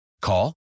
Call